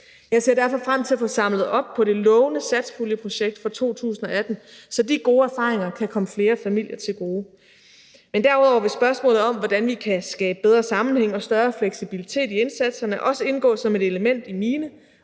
Jeg ser derfor frem til at få samlet op på det lovende satspuljeprojekt fra 2018, så de gode erfaringer kan komme flere familier til gode. Men derudover vil spørgsmålet om, hvordan vi kan skabe bedre sammenhæng og større fleksibilitet i indsatserne også indgå som et element i mine